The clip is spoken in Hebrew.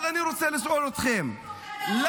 אבל אני רוצה לשאול אתכם -- אנחנו פשוט לא רוצים תומכי טרור,